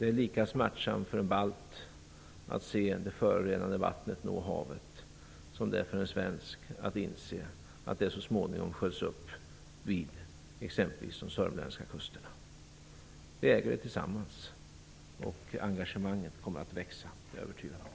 Det är lika smärtsamt för en balt att se det förorenade vattnet nå havet som det är för en svensk att inse att det så småningom sköljs upp vid exempelvis de sörmländska kusterna. Vi äger det tillsammans, och engagemanget kommer att växa. Det är jag övertygad om.